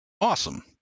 Awesome